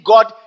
God